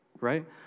Right